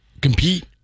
compete